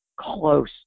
close